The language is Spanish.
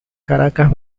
caracas